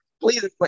Please